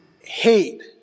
hate